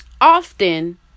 often